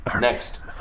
Next